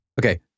Okay